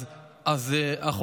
אז מה הבעיה להצביע?